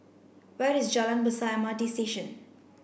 where is Jalan Besar M R T Station